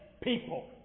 people